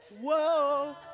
whoa